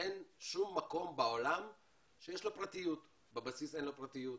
אין שום מקום בעולם עם פרטיות: בבסיס אין לו פרטיות,